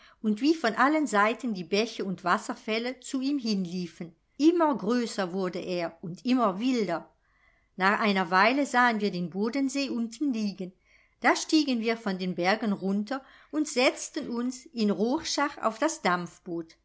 und wie von allen seiten die bäche und wasserfälle zu ihm hin liefen immer größer wurde er und immer wilder nach einer weile sahen wir den bodensee unten liegen da stiegen wir von den bergen runter und setzten uns in rorschach auf das